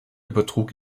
übertrug